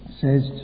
says